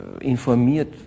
informiert